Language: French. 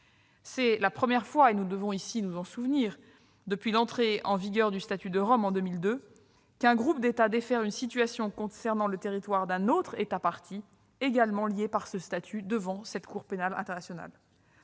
c'est la première fois depuis l'entrée en vigueur du statut de Rome en 2002 qu'un groupe d'États défère une situation concernant le territoire d'un autre État partie, également lié par ce statut devant la Cour pénale internationale.